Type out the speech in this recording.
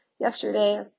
yesterday